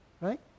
Right